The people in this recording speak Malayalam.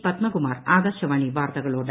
പദ്മകുമാർ ആകാശവാണി വാർത്തകളോട്